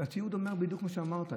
והתיעוד אומר בדיוק מה שאמרת,